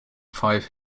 five